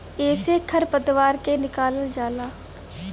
एसे खर पतवार के निकालल जाला